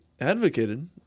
advocated